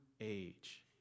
age